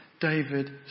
David